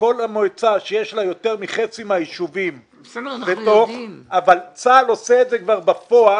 כל מועצה שיש לה יותר מחצי מהישובים אבל צה"ל עושה את זה בפועל.